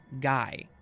guy